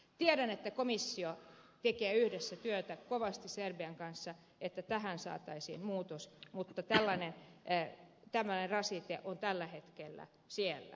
tiedän että komissio tekee yhdessä työtä kovasti serbian kanssa että tähän saataisiin muutos mutta tämmöinen rasite on tällä hetkellä siellä